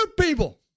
people